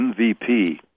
MVP